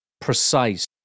precise